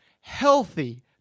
healthy